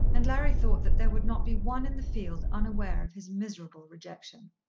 and larry thought that there would not be one in the field unaware of his miserable rejection.